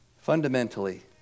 fundamentally